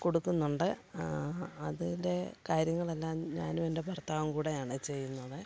കൊടുക്കുന്നുണ്ട് അതിന്റെ കാര്യങ്ങളെല്ലാം ഞാനും എൻ്റെ ഭർത്താവും കൂടെയാണ് ചെയ്യുന്നത്